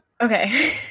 Okay